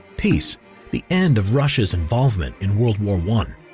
peace the end of russia's involvement in world war one.